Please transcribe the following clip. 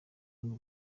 n’u